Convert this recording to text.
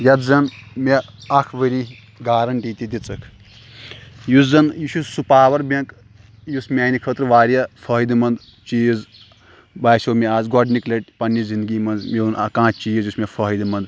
یَتھ زَن مےٚ اَکھ ؤری گارَنٹی تہِ دِژِکھ یُس زَن یہِ چھُ سُہ پاوَر بٮ۪نٛک یُس میٛانہِ خٲطرٕ واریاہ فٲیدٕ منٛد چیٖز باسیو مےٚ آز گۄڈٕنِک لَٹہِ پنٛنہِ زندگی منٛز مےٚ اوٚن کانٛہہ چیٖز یُس مےٚ فٲیدٕ منٛد